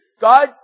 God